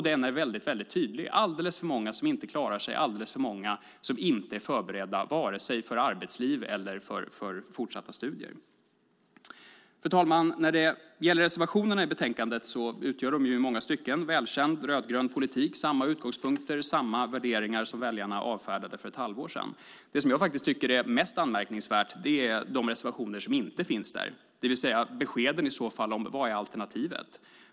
Den är väldigt tydlig. Det är alldeles för många som inte klarar sig och alldeles för många som inte är förberedda vare sig för arbetsliv eller fortsatta studier. Fru talman! Reservationerna i betänkandet innehåller i många stycken välkänd rödgrön politik. Det är samma utgångspunkter och samma värderingar som väljarna avfärdade för ett halvår sedan. Det som är mest anmärkningsvärt är de reservationer som inte finns där, det vill säga beskeden om vad som är alternativet.